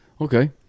Okay